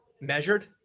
measured